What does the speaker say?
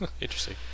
Interesting